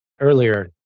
earlier